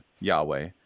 Yahweh